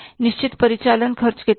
निश्चित परिचालन खर्च कितने हैं